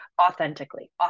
authentically